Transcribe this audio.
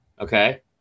okay